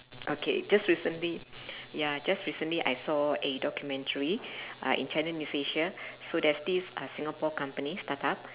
okay just recently ya just recently I saw a documentary uh in channel news asia so there's this uh singapore company startup